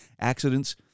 accidents